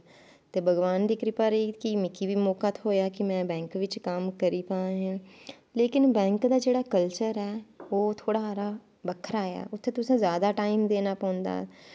ते भगवान दी कृपा रेही ते मिगी बी मौका थ्होया कि में बैंक बिच्च कम्म करी पां लेकिन बैंक दा जेह्ड़ा कल्चर ऐ ओह् थोह्ड़ा हारा बक्खरा ऐ उत्थें तुसैं जादा टाईम देना पौंदा